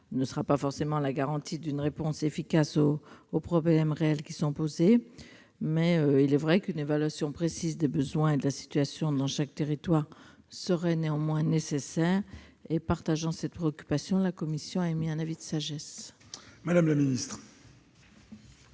ne sera pas forcément la garantie d'une réponse efficace aux problèmes réels qui se posent. Néanmoins, il est vrai qu'une évaluation précise des besoins et de la situation dans chaque territoire serait nécessaire. Partageant cette préoccupation, la commission a émis un avis de sagesse. Quel est